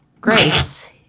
Grace